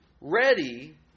ready